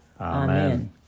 Amen